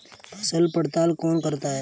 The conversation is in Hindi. फसल पड़ताल कौन करता है?